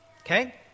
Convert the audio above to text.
Okay